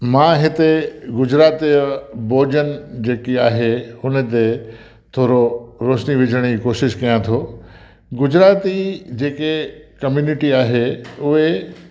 मां हिते गुजरात जो भोजन जेकी आहे हुन ते थोरो रोशिनी विझण जी कोशिश कयां थो गुजरात जी जेके कम्यूनिटी आहे उहे